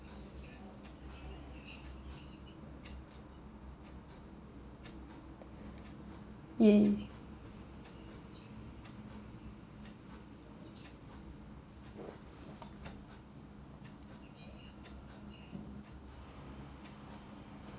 ya